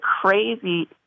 crazy